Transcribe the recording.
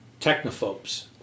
technophobes